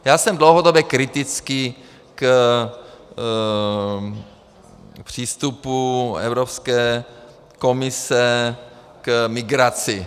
Já jsem dlouhodobě kritický k přístupu Evropské komise k migraci.